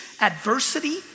adversity